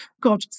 God